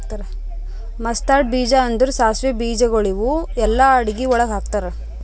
mustard ಬೀಜ ಅಂದುರ್ ಸಾಸಿವೆ ಬೀಜಗೊಳ್ ಇವು ಎಲ್ಲಾ ಅಡಗಿ ಒಳಗ್ ಹಾಕತಾರ್